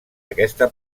aquesta